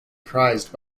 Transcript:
prized